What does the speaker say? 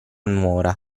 nuora